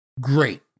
Great